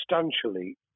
substantially